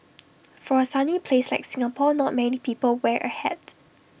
for A sunny place like Singapore not many people wear A hat